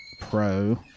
Pro